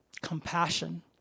compassion